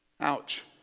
Ouch